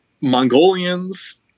Mongolians